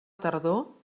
tardor